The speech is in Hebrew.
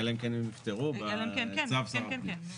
אלא אם כן הם יופטרו בצו שר הפנים.